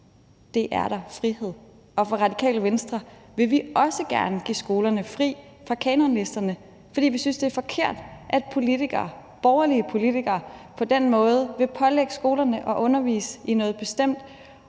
Det er da frihed. Fra Radikale Venstres side vil vi også gerne give skolerne fri fra kanonlisterne, fordi vi synes, det er forkert, at politikere, borgerlige politikere, på den måde vil pålægge skolerne at undervise i noget bestemt.